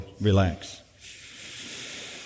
relax